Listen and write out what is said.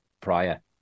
prior